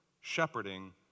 shepherding